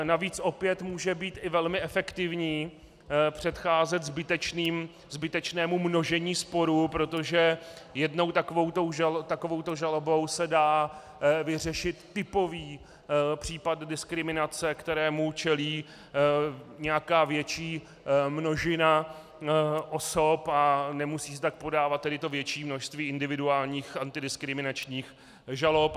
Navíc opět může být i velmi efektivní předcházet zbytečnému množení sporů, protože jednou takovouto žalobou se dá vyřešit typový případ diskriminace, kterému čelí nějaká větší množina osob, a nemusí se tak podávat tedy to větší množství individuálních antidiskriminačních žalob.